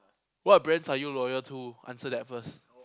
what brands are you loyal to answer that first